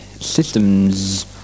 systems